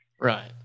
Right